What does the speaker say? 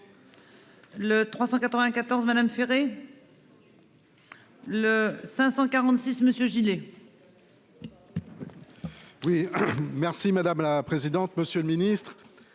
Le 394, madame Ferré. Le 546 Monsieur Gillet. Oui merci madame la présidente. Monsieur le Ministre.